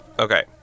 Okay